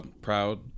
proud